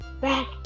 back